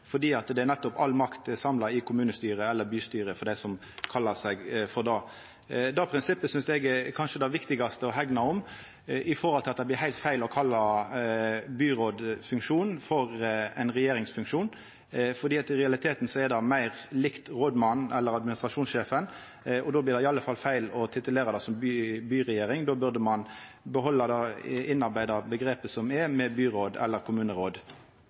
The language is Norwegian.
nettopp fordi all makt er samla i kommunestyret eller i bystyret, viss ein kallar seg det. Det prinsippet synest eg kanskje er det viktigaste å hegna om, og det blir heilt feil å kalla byrådfunksjonen ein regjeringsfunksjon, for i realiteten er det meir likt rådmannen eller administrasjonssjefen, og då blir det i alle fall feil å titulera det med «byregjering». Då burde ein behalda dei innarbeidde omgrepa som me har, nemleg «byråd» eller «kommuneråd». Difor er eg heilt einig med